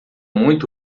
muito